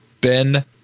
Ben